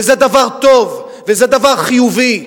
וזה דבר טוב, וזה דבר חיובי,